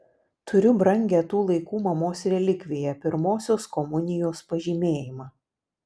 turiu brangią tų laikų mamos relikviją pirmosios komunijos pažymėjimą